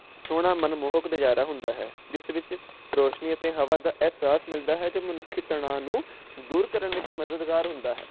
ਸੋਹਣਾ ਮਨਮੋਹਕ ਨਜ਼ਾਰਾ ਹੁੰਦਾ ਹੈ ਜਿਸ ਦੇ ਵਿੱਚ ਰੋਸ਼ਨੀ ਅਤੇ ਹਵਾਦਾਰ ਅਹਿਸਾਸ ਮਿਲਦਾ ਹੈ ਜੋ ਮਨੁੱਖੀ ਤਣਾਅ ਨੂੰ ਦੂਰ ਕਰਨ ਵਿੱਚ ਮਦਦਗਾਰ ਹੁੰਦਾ ਹੈ